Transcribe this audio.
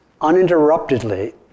uninterruptedly